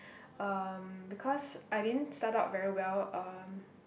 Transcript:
um because I didn't start up very well um